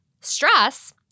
stress